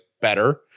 better